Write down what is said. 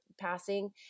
passing